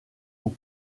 aux